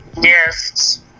Yes